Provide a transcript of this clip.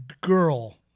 girl